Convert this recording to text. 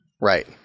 right